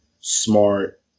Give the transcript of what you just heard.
Smart